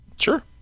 Sure